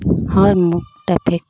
হয় মোক ট্ৰেফিক